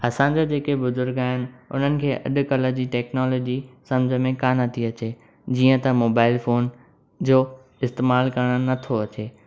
असां जा जेके बुर्जग आहिनि हुननि खे अॼुकल्ह जी टेकनोलिजी समझ में कान अचे थी जीअं त मोबाइल फोन जो इस्तेमालु करणु नथो अचे